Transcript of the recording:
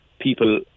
people